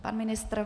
Pan ministr?